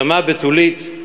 אדמה בתולית,